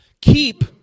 keep